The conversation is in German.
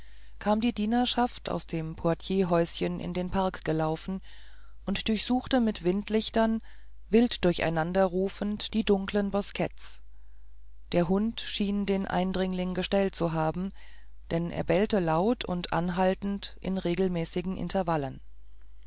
kam die dienerschaft aus dem portierhäuschen in den park gelaufen und durchsuchte mit windlichtern wild durcheinanderrufend die dunklen bosketts der hund schien den eindringling gestellt zu haben denn er bellte laut und anhaltend in regelmäßigen intervallen